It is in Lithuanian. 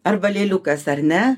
arba lėliukas ar ne